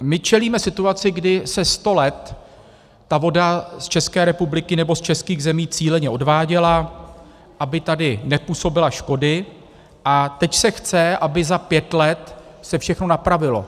My čelíme situaci, kdy se sto let ta voda z České republiky nebo z českých zemí cíleně odváděla, aby tady nepůsobila škody, a teď se chce, aby se za pět let všechno napravilo.